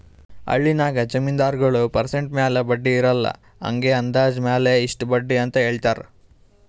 ಹಳ್ಳಿನಾಗ್ ಜಮೀನ್ದಾರಗೊಳ್ ಪರ್ಸೆಂಟ್ ಮ್ಯಾಲ ಬಡ್ಡಿ ಇರಲ್ಲಾ ಹಂಗೆ ಅಂದಾಜ್ ಮ್ಯಾಲ ಇಷ್ಟ ಬಡ್ಡಿ ಅಂತ್ ಹೇಳ್ತಾರ್